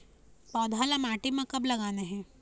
पौधा ला माटी म कब लगाना हे?